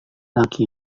laki